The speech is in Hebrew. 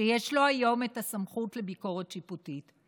שיש לו היום את הסמכות לביקורת שיפוטית.